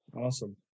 awesome